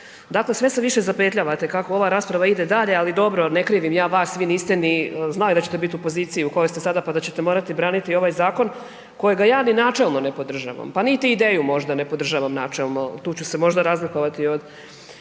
dakle sve se više zapetljavate kako ova rasprava ide dalje, ali dobro ne krivim ja vas, vi niste ni znali da ćete bit u poziciji u kojoj ste sada, pa da ćete morati braniti ovaj zakon kojega ja ni načelno ne podržavam, pa niti ideju možda ne podržavam načelno. Tu ću se možda razlikovati od,